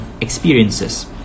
experiences